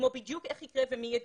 כמו בדיוק איך יקרה ומי יגייר.